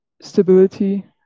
stability